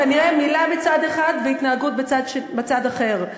כנראה מילה בצד אחד, והתנהגות בצד אחר.